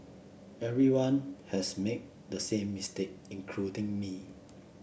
everyone has made the same mistake including me